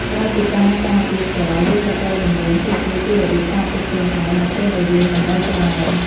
ក្រៅពីការការពារផ្ទាល់ យើងក៏ត្រូវបង្រៀនពួកគេពីរបៀបការពារខ្លួនឯងនៅពេលដែលយើងមិននៅក្បែរ។